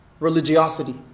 religiosity